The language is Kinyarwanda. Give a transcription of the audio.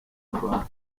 bank